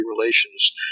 relations